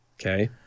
Okay